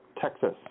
Texas